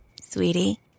Sweetie